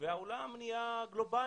והעולם הוא גלובלי.